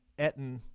etten